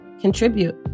contribute